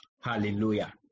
Hallelujah